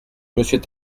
monsieur